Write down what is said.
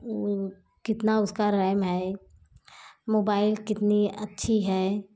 वह कितना उसका रैम है मोबाइल कितनी अच्छी है